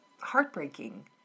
heartbreaking